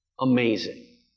Amazing